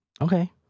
okay